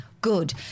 good